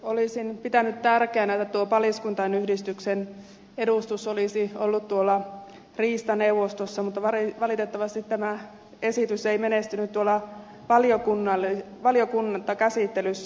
olisin pitänyt tärkeänä että tuo paliskuntain yhdistyksen edustus olisi ollut tuolla riistaneuvostossa mutta valitettavasti tämä esitys ei menestynyt valiokuntakäsittelyssä